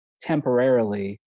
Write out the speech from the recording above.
temporarily